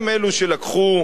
הם אלו שלקחו,